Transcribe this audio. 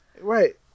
Right